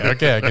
Okay